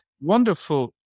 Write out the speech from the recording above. Wonderful